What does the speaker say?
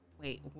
wait